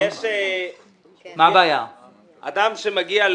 יש כסף שנותנים לנו כדי שנחלק אותו לאנשים שאנחנו יודעים שהם נזקקים.